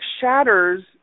shatters